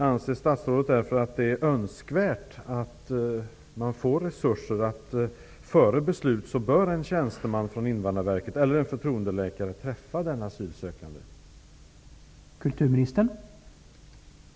Anser statsrådet därför att det är önskvärt att resurser tilldelas så att en tjänsteman från Invandrarverket eller förtroendeläkaren kan träffa den asylsökande före beslutet?